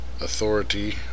authority